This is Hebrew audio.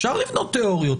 אפשר לבנות תיאוריות,